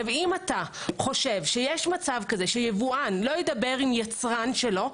אם אתה חושב שיש מצב שיבואן לא ידבר עם יצרן שלו,